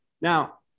Now